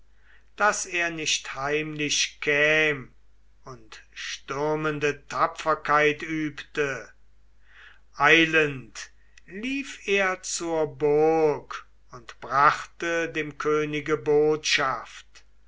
daß er nicht heimlich käm und stürmende tapferkeit übte eilend lief er zur burg und brachte dem könige botschaft